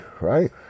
right